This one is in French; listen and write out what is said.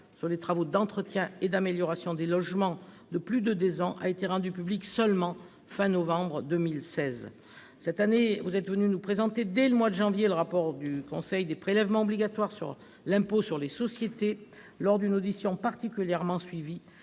sur les travaux d'entretien et d'amélioration des logements de plus de deux ans a été rendu public seulement à la fin du mois de novembre 2016. Cette année, monsieur le Premier président, vous êtes venu nous présenter dès le mois de janvier le rapport du Conseil des prélèvements obligatoires sur l'impôt sur les sociétés, lors d'une audition particulièrement suivie,